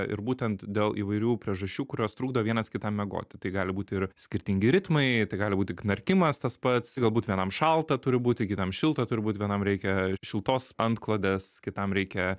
ir būtent dėl įvairių priežasčių kurios trukdo vienas kitam miegoti tai gali būt ir skirtingi ritmai tai gali būti knarkimas tas pats galbūt vienam šalta turi būti kitam šilta turi būt vienam reikia šiltos antklodės kitam reikia